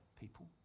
people